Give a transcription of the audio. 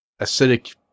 acidic